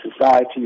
society